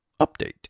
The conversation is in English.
update